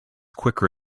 quicker